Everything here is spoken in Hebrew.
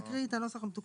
אז נקריא את הנוסח המתוקן.